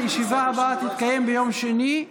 הישיבה הבאה תתקיים ביום שני,